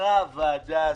אישרה הוועדה הזו,